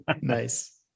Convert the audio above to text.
Nice